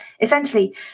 Essentially